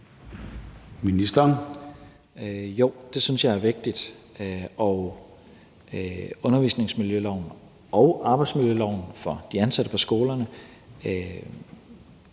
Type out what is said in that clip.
Tesfaye): Jo, det synes jeg er vigtigt. Undervisningsmiljøloven og arbejdsmiljøloven for de ansatte på skolerne